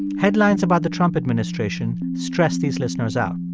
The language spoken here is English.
headlines about the trump administration stressed these listeners out.